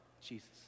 Jesus